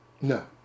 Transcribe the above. No